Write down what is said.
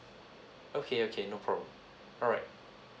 okay okay no problem alright